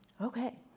Okay